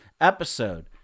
episode